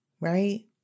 right